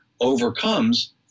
overcomes